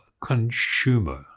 consumer